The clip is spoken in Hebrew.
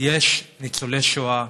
יש ניצולי שואה,